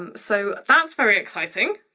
um so, that's very exciting.